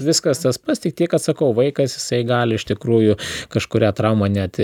viskas tas pats tik tiek kad sakau vaikas jisai gali iš tikrųjų kažkurią traumą net